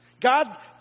God